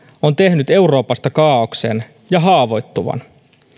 on tehnyt euroopasta kaaoksen ja haavoittuvan